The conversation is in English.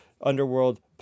Underworld